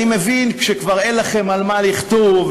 אני מבין שכבר אין לכם על מה לכתוב,